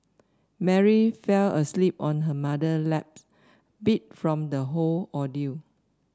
Mary fell asleep on her mother lap beat from the whole ordeal